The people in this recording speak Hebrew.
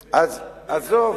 בסילואן,